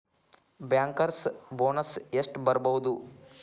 Bankers bonus ಎಷ್ಟ್ ಬರ್ಬಹುದು?